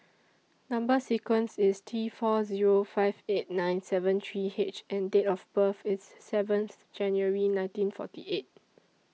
Number sequence IS T four Zero five eight nine seven three H and Date of birth IS seventh January nineteen forty eight